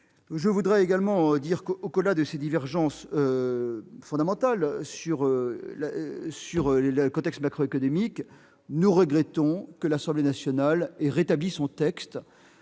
de l'objectif initial. Au-delà de ces divergences fondamentales sur le contexte macroéconomique, nous regrettons que l'Assemblée nationale ait rétabli son texte